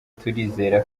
turizera